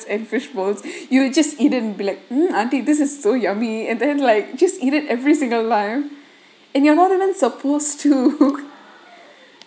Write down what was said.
and fishbones you just eat and be like auntie this is so yummy and then like just eat it every single time and you're not even supposed to